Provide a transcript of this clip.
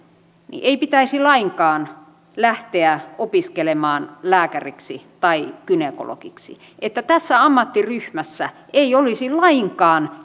ei pitäisi lainkaan lähteä opiskelemaan lääkäriksi tai gynekologiksi että tässä ammattiryhmässä ei olisi lainkaan